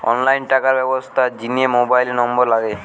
online টাকার ব্যবস্থার জিনে মোবাইল নম্বর লাগে